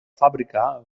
fàbrica